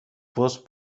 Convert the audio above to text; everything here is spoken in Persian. پوست